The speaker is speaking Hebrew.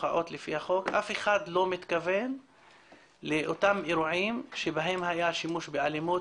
מחאות לפי החוק" אף אחד לא מתכוון לאותם אירועים שבהם היה שימוש באלימות